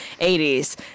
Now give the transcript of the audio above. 80s